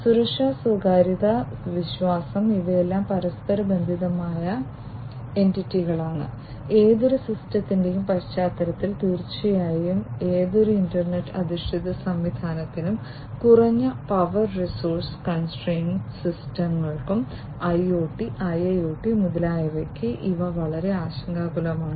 സുരക്ഷ സ്വകാര്യത വിശ്വാസം ഇവയെല്ലാം പരസ്പരബന്ധിതമായ എന്റിറ്റികളാണ് ഏതൊരു സിസ്റ്റത്തിന്റെയും പശ്ചാത്തലത്തിൽ തീർച്ചയായും ഏതൊരു ഇന്റർനെറ്റ് അധിഷ്ഠിത സംവിധാനത്തിനും കുറഞ്ഞ പവർ റിസോഴ്സ് കൺസ്ട്രെയിന്റ് സിസ്റ്റങ്ങൾക്കും IoT IIoT മുതലായവയ്ക്ക് ഇവ വളരെ ആശങ്കാകുലമാണ്